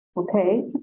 Okay